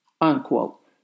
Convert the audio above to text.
unquote